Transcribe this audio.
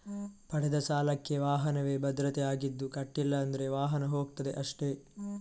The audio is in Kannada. ಪಡೆದ ಸಾಲಕ್ಕೆ ವಾಹನವೇ ಭದ್ರತೆ ಆಗಿದ್ದು ಕಟ್ಲಿಲ್ಲ ಅಂದ್ರೆ ವಾಹನ ಹೋಗ್ತದೆ ಅಷ್ಟೇ